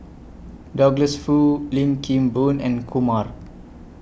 Douglas Foo Lim Kim Boon and Kumar